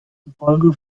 zufolge